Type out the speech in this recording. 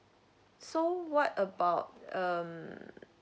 so what about um